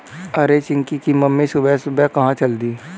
अरे चिंकी की मम्मी सुबह सुबह कहां चल दी?